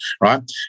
right